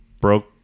broke